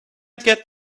get